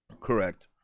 correct.